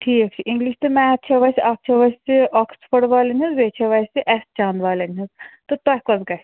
ٹھیٖک چھُ اِنگلِش تہٕ میتھ چھو اسہِ اَکھ چھو اسہِ آکٕسفٲرڈ والیٚن ہنز بیٚیہِ چھو اسہِ ایٚس چاند والیٚن ہنٛز تہٕ تۄہہِ کۄس گژھہِ